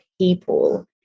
people